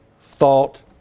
thought